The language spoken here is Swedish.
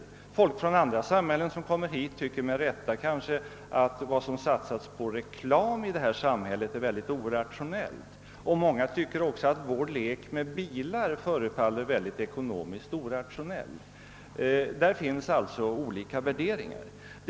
Människor från andra samhällen som kommer till Sverige tycker, kanske med rätta, att vad som satsas på reklam i detta samhälle är mycket orationellt, och många anser också att vår lek med bilar förefaller synnerligen orationell, ekonomiskt sett. Det finns alltså olika värderingar.